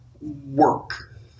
work